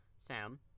Sam